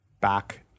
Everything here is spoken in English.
back